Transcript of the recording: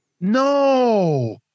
No